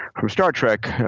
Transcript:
from star trek,